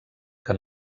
que